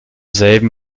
selben